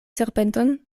serpenton